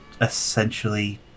essentially